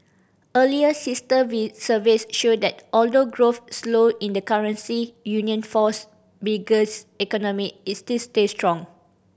earlier sister surveys showed that although growth slowed in the currency union fours biggest economic it still stayed strong